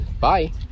Bye